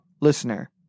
listener